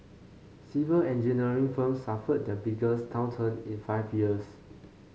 civil engineering firms suffered their biggest downturn in five years